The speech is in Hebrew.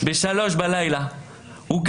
אז לנו